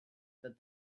that